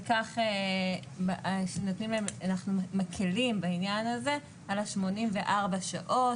וכך אנחנו מקלים בעניין הזה על ה-84 שעות.